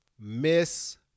Miss